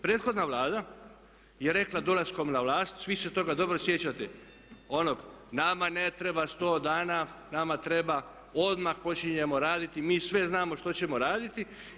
Prethodna Vlada je rekla dolaskom na vlast, svi se toga dobro sjećate, ono nama ne treba 100 dana, nama treba, odmah počinjemo raditi, mi sve znamo što ćemo raditi.